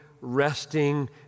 resting